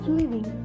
living